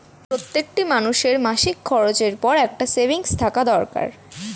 প্রত্যেকটি মানুষের মাসিক খরচের পর একটা সেভিংস থাকা দরকার